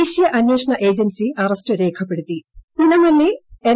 ദേശീയ അന്വേഷണ agency arrest രേഖപ്പെടുത്തി പൂനമല്ലി എൻ